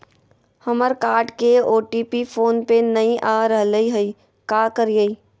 हमर कार्ड के OTP phone पे नई आ रहलई हई, का करयई?